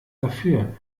dafür